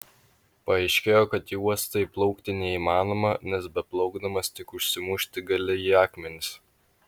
paaiškėjo kad į uostą įplaukti neįmanoma nes beplaukdamas tik užsimušti gali į akmenis